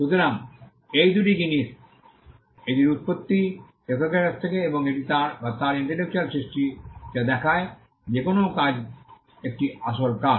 সুতরাং এই দুটি জিনিস এটির উৎপত্তি লেখকের কাছ থেকে এবং এটি তার বা তার ইন্টেলেকচ্যুয়াল সৃষ্টি যা দেখায় যে কোনও কাজ একটি আসল কাজ